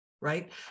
right